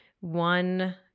one